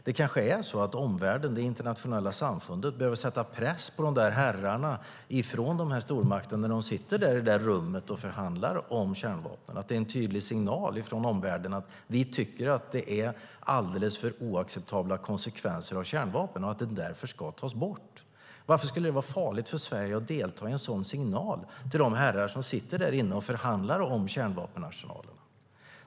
Det kanske är så att omvärlden, det internationella samfundet, behöver sätta press på herrarna från de där stormakterna, när de sitter i det rummet och förhandlar om kärnvapen, att det är en tydlig signal från omvärlden om att vi tycker att det är alldeles för oacceptabla konsekvenser av kärnvapen och att de därför ska tas bort. Varför skulle det vara farligt för Sverige att delta i en sådan signal till de herrar som sitter där inne och förhandlar om kärnvapenarsenalerna?